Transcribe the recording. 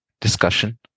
discussion